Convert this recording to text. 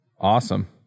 Awesome